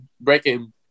breaking